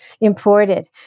imported